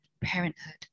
parenthood